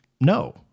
no